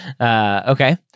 Okay